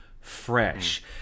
fresh